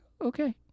Okay